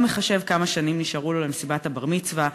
לא מחשב כמה שנים נשארו לו למסיבת הבר-מצווה,